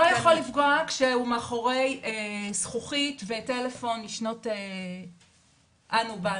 הוא לא יכול לפגוע כשהוא מאחורי זכוכית וטלפון משנות אנו באנו.